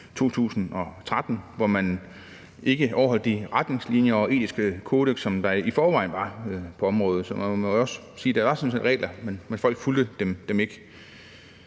2013, hvor man ikke overholdt de retningslinjer og etiske kodeks, som der i forvejen var på området. Så man må jo også sige, at der sådan set var regler, men folk fulgte dem ikke.